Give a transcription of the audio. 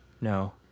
no